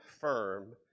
firm